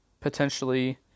potentially